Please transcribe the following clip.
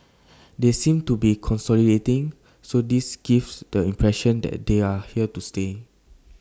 they seem to be consolidating so this gives the impression that they are here to stay